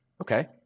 Okay